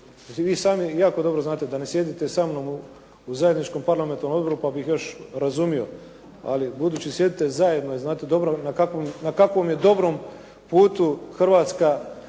i sami jako dobro znate, da ne sjedite sa mnom u zajedničkom parlamentarnom odboru pa bih još razumio, ali budući sjedite zajedno i znate dobro na kakvom je dobrom putu Hrvatska